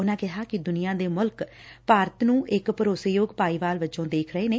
ਉਨਾਂ ਕਿਹਾ ਕਿ ਦੁਨੀਆਂ ਦੇ ਮੁਲਕ ਭਾਰਤ ਨੂੰ ਇਕ ਭਰੋਸੇਯੋਗ ਭਾਈਵਾਲ ਵਜੋਂ ਵੇਖ ਰਹੇ ਨੇ